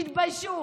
תתביישו.